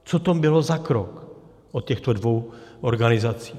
Co to bylo za krok od těchto dvou organizací?